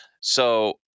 So-